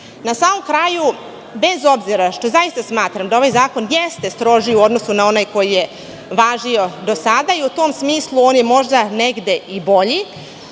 samom kraju, bez obzira što zaista smatram da ovaj zakon jeste strožiji na onaj koji je važio do sada i u tom smislu on je možda negde i bolji,